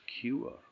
cure